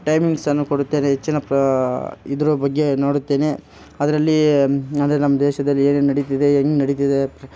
ಟೈಮಿಂಗ್ಸನ್ನು ಕೊಡುತ್ತೇನೆ ಹೆಚ್ಚಿನ ಪ್ರ ಇದ್ರ ಬಗ್ಗೆ ನೋಡುತ್ತೇನೆ ಅದರಲ್ಲಿ ಅಂದರೆ ನಮ್ಮ ದೇಶದಲ್ಲಿ ಏನೇನು ನಡೀತಿದೆ ಹೆಂಗ್ ನಡೀತಿದೆ